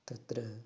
तत्र